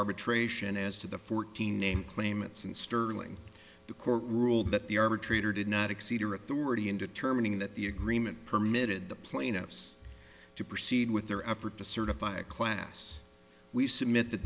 arbitration as to the fourteen named claimants in sterling the court ruled that the arbitrator did not exceed or authority in determining that the agreement permitted the plaintiffs to proceed with their effort to certify a class we submit